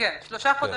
שלושה חודשים.